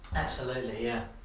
absolutely, yeah.